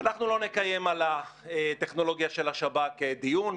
אנחנו לא נקיים על הטכנולוגיה של השב"כ דיון.